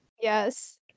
Yes